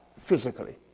physically